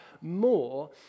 more